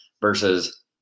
versus